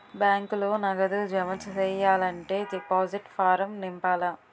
బ్యాంకులో నగదు జమ సెయ్యాలంటే డిపాజిట్ ఫారం నింపాల